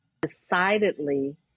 decidedly